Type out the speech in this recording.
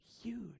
huge